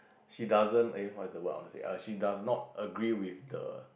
she doesn't eh what's the word I want to say err she does not agree with the